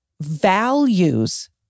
values